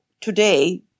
today